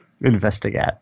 investigate